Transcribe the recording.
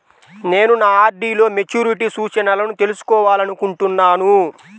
నేను నా ఆర్.డీ లో మెచ్యూరిటీ సూచనలను తెలుసుకోవాలనుకుంటున్నాను